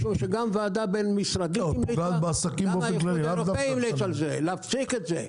משום שגם ועדה בין-משרדית וגם האיחוד האירופאי המליץ להפסיק את זה.